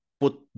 put